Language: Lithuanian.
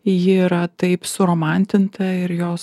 ji yra taip suromantinta ir jos